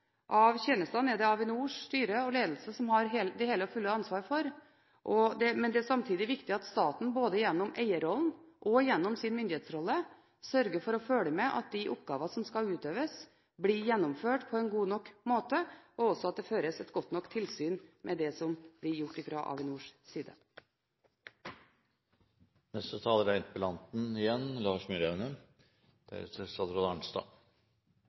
av tjenestene er det Avinors styre og ledelse som har det hele og fulle ansvar for. Men det er samtidig viktig at staten både gjennom eierrollen og gjennom sin myndighetsrolle sørger for å følge med på at de oppgavene som skal utøves, blir gjennomført på en god nok måte, og at det også føres et godt nok tilsyn med det som blir gjort fra Avinors